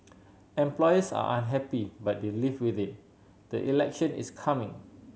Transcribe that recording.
employers are unhappy but they live with it the election is coming